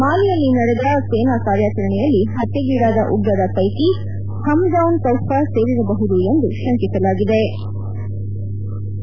ಮಾಲಿಯಲ್ಲಿ ನಡೆದ ಸೇನಾ ಕಾರ್ಯಾಚರಣೆಯಲ್ಲಿ ಪತ್ತೆಗೀಡಾದ ಉಗ್ರರ ಪೈಕಿ ಹಮದೌನ್ ಕೌಫ್ನಾ ಸೇರಿಬಹುದು ಎಂದು ಶಂಕಿಸಲಾಗಿದೆ ಎಂದಿದ್ದಾರೆ